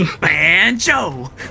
Banjo